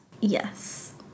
Yes